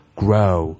grow